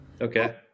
Okay